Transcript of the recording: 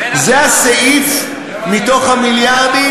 זה הסעיף מתוך המיליארדים?